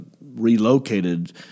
relocated